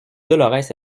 dolorès